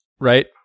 Right